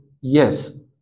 yes